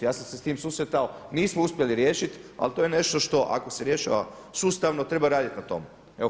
Ja sam se s tim susretao, nismo uspjeli riješiti, ali to je nešto što ako se rješava sustavno treba raditi na tom.